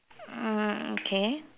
mm okay